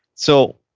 so,